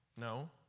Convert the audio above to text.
No